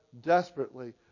desperately